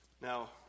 Now